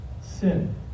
Sin